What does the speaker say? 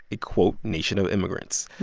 a, quote, nation of immigrants.